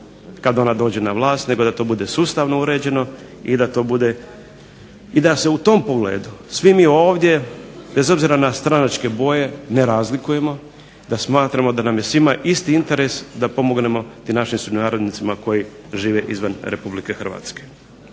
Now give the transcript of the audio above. kad ona dođe na vlast nego da to bude sustavno uređeno i da se u tom pogledu svi mi ovdje, bez obzira na stranačke boje ne razlikujemo, da smatramo da nam je svima isti interes da pomognemo tim našim sunarodnjacima koji žive izvan Republike Hrvatske.